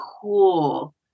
cool